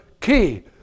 key